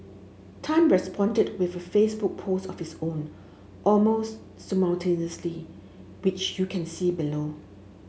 Tan responded with a Facebook post of his own almost simultaneously which you can see below